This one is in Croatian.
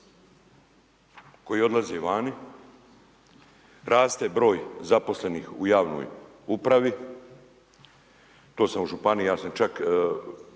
koji odlaze vani, raste broj zaposlenih u javnoj upravi. To sam u županiji, ja sam čak